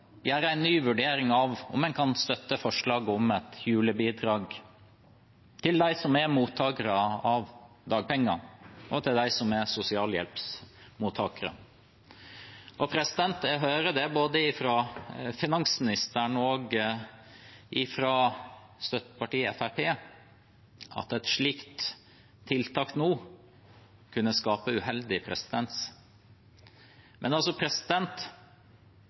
gjøre en ny vurdering av om en kan støtte forslaget om et julebidrag til dem som er mottakere av dagpenger, og dem som er sosialhjelpsmottakere. Jeg hører både fra finansministeren og fra støttepartiet Fremskrittspartiet at et slikt tiltak nå ville kunne skape uheldig presedens. Men regjeringspartiene og Fremskrittspartiet foreslår altså